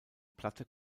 platte